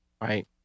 right